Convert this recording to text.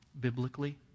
biblically